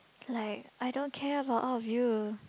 like I don't care about all of you